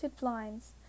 blinds